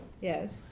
Yes